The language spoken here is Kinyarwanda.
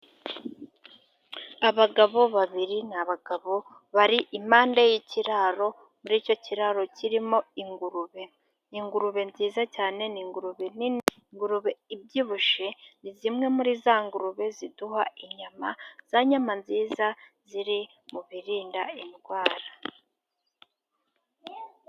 Abagabo babiri ni abagabo bari impande y'ikiraro muri icyo kiraro kirimo ingurube, ingurube nziza cyane ni ingurube nini ingurube ibyibushye ni zimwe muri za ngurube ziduha inyama za nyama nziza ziri mu birinda indwara.